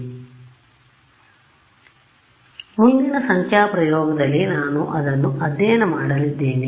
ಆದ್ದರಿಂದ ಮುಂದಿನ ಸಂಖ್ಯಾ ಪ್ರಯೋಗದಲ್ಲಿ ನಾನು ಅದನ್ನು ಅಧ್ಯಯನ ಮಾಡಲಿದ್ದೇನೆ